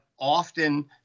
often